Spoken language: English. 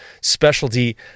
specialty